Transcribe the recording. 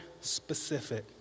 specific